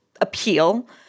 appeal